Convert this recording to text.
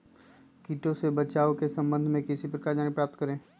किटो से बचाव के सम्वन्ध में किसी जानकारी प्राप्त करें?